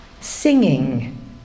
singing